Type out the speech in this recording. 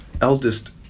eldest